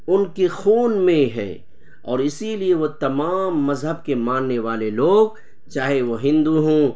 ان کے خون میں ہے اور اسی لیے وہ تمام مذہب کے ماننے والے لوگ چاہے وہ ہندو ہوں